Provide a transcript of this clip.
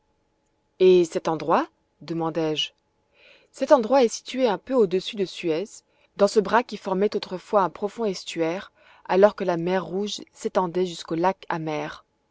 et cet endroit demandai-je cet endroit est situé un peu au-dessus de suez dans ce bras qui formait autrefois un profond estuaire alors que la mer rouge s'étendait jusqu'aux lacs amers